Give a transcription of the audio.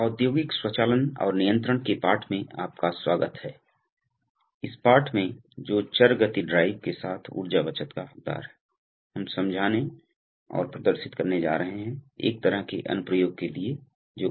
keywords compressor hydraulics pneumatics नियंत्रण प्रणाली प्रवाह और दिशा नियंत्रण वाल्व दबाव इनलेट पोर्ट